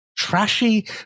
trashy